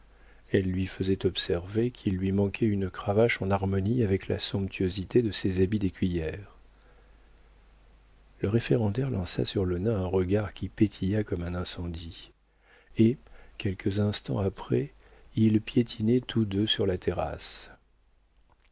elle lui faisait observer qu'il lui manquait une cravache en harmonie avec la somptuosité de ses habits d'écuyère le référendaire lança sur le nain un regard qui petilla comme un incendie et quelques instants après ils piétinaient tous deux sur la terrasse